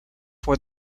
for